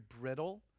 brittle